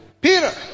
Peter